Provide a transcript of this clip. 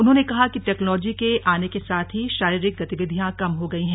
उन्होंने कहा कि टैक्नोलॉजी के आने के साथ ही शारीरिक गतिविधियां कम हो गई हैं